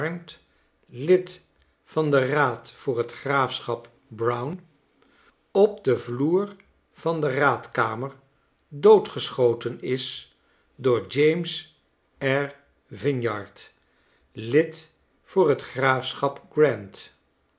lid van den raad voor t graafschap brown op den vloer van de raadkamer doodgeschoten is door james r vinyard lid voor t graafschap grant